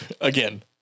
again